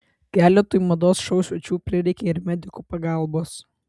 keletui mados šou svečių prireikė ir medikų pagalbos